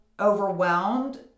overwhelmed